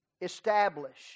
Establish